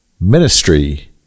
ministry